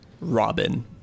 Robin